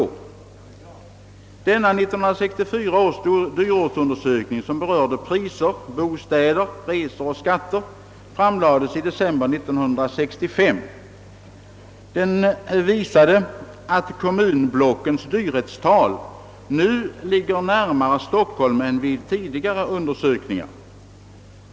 1964 års dyortsundersökning, som berörde priser, bostäder, resor och skatter, framlades i december 1965. Den visade att kommunblockens dyrhetstal nu ligger närmare Stockholms än vid tidigare undersökningar.